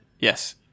Yes